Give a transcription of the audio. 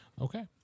Okay